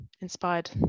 inspired